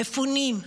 במפונים,